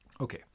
Okay